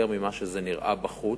יותר ממה שזה נראה בחוץ,